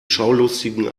schaulustigen